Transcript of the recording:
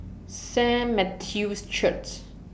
Saint Matthew's Church